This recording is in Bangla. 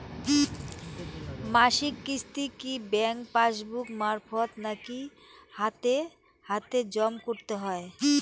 মাসিক কিস্তি কি ব্যাংক পাসবুক মারফত নাকি হাতে হাতেজম করতে হয়?